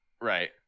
Right